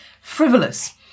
frivolous